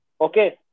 Okay